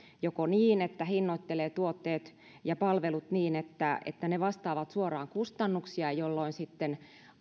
joko niin että hinnoittelee tuotteet ja palvelut niin että ne ne vastaavat suoraan kustannuksia jolloin sitten